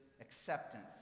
acceptance